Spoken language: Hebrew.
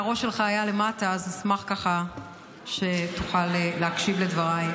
של ערפאת, לא שכחנו לרגע.